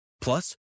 Plus